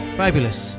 fabulous